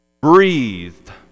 breathed